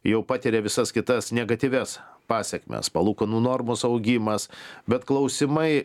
jau patiria visas kitas negatyvias pasekmes palūkanų normos augimas bet klausimai